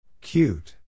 Cute